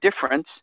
difference